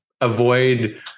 avoid